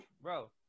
bro